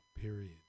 period